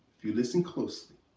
if you listen closely,